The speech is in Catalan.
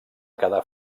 quedar